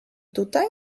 tutaj